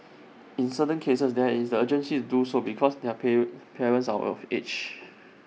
in certain cases there is the urgency is do so because their pay parents are of age